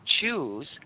choose